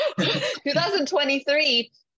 2023